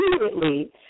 immediately